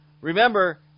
Remember